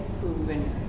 proven